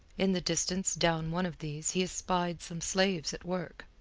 in the distance down one of these he espied some slaves at work.